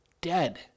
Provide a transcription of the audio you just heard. dead